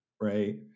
right